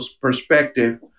perspective